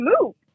move